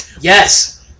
Yes